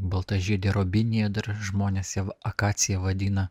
baltažiedė robinija dar žmonės ją akacija vadina